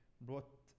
brought